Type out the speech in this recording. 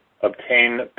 obtain